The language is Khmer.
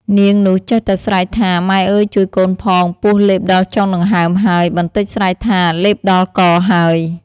នាង នោះចេះតែស្រែកថា “ម៉ែអើយជួយកូនផង ពស់លេបដល់ចុងដង្ហើមហើយ” បន្ដិចស្រែកថា “លេបដល់កហើយ” ។